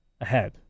ahead